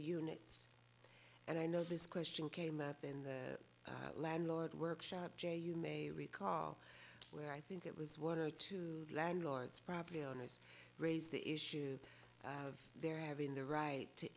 units and i know this question came up in the landlord workshop you may recall where i think it was one or two landlords property owners raise the issue of their having the right to